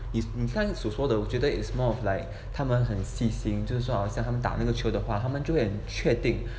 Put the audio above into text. is 你刚才所说的我觉得 is more of like 他们很细心就是说好像他们打那个球的话他们就会很决定